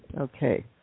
Okay